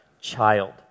child